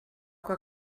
que